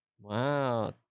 Wow